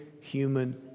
human